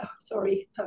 sorry